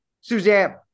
Suzanne